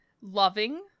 loving